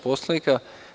Poslovnika?